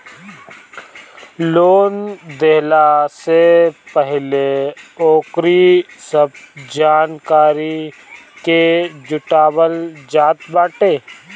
loan देहला से पहिले ओकरी सब जानकारी के जुटावल जात बाटे